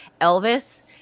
Elvis